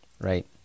right